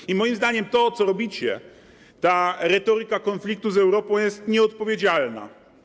I moim zdaniem to, co robicie, ta retoryka konfliktu z Europą jest nieodpowiedzialna.